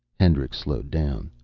hendricks slowed down.